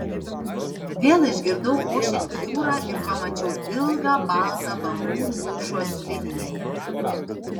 vėl išgirdau ošiant jūrą ir pamačiau ilgą baltą bangų mūšos liniją